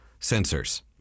sensors